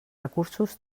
recursos